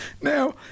Now